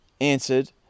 answered